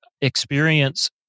experience